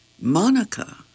Monica